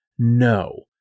No